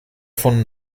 von